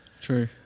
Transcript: True